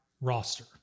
roster